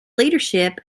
leadership